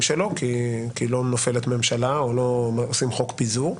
שלו כי לא נופלת ממשלה או לא עושים חוק פיזור,